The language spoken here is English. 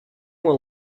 will